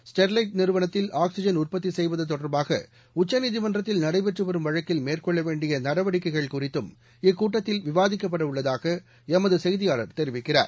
Sterlite நிறுவனத்தில் oxygen உற்பத்திசெய்வதுதொடர்பாகஉச்சநீதிமன்றத்தில் நடைபெற்றுவரும் வழக்கில் மேற்கொள்ளவேண்டிய அணுகுமுறைகள் குறித்தும் இக்கூட்டத்தில் விவாதிக்கப்படவுள்ளதாகஎமதுசெய்தியாளர் தெரிவிக்கிறார்